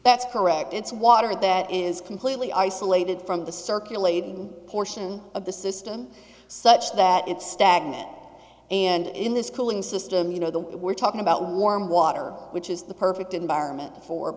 that's correct it's water that is completely isolated from the circulating portion of the system such that it's stagnant and in this cooling system you know the we're talking about warm water which is the perfect environment for